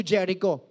Jericho